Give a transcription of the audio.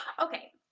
ok,